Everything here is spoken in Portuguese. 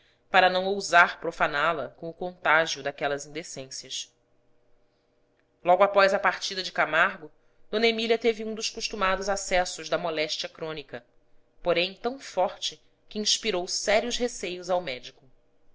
para não ousar profaná la com o contágio daquelas indecências logo após a partida de camargo d emília teve um dos costumados acessos da moléstia crônica porém tão forte que inspirou sérios receios ao médico